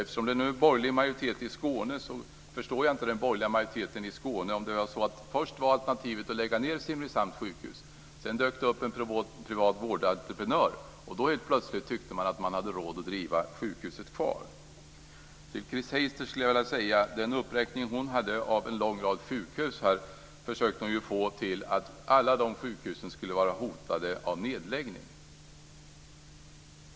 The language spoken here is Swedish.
Eftersom det nu är borgerlig majoritet i Skåne förstår jag inte den borgerliga majoriteten där om det var så att först var alternativet att lägga ned Simrishamns sjukhus men sedan dök det upp en privat vårdentreprenör och då tyckte man helt plötsligt att man hade råd att ha sjukhuset kvar. Chris Heister försökte med sin uppräkning av en lång rad sjukhus att få det till att alla de sjukhusen hotas av nedläggning.